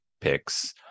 picks